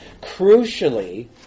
Crucially